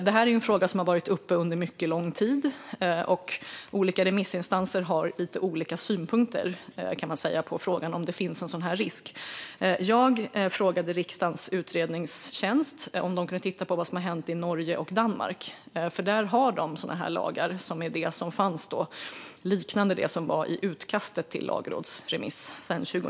Detta är en fråga som har varit uppe under mycket lång tid, och olika remissinstanser har haft lite olika synpunkter på om det finns en sådan risk. Jag frågade riksdagens utredningstjänst om de kunde titta på vad som hänt i Norge och Danmark, där man sedan 2014 respektive 2016 har lagar liknande det som fanns i utkastet till lagrådsremiss.